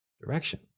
direction